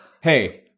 hey